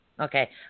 Okay